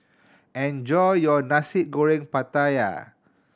enjoy your Nasi Goreng Pattaya